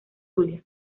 zulia